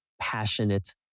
passionate